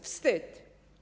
Wstyd!